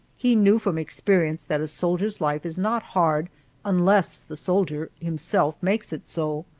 he knew from experience that a soldier's life is not hard unless the soldier himself makes it so.